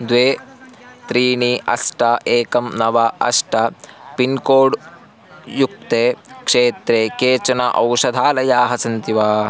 द्वे त्रीणि अष्ट एकं नव अष्ट पिन्कोड् युक्ते क्षेत्रे केचन औषधालयाः सन्ति वा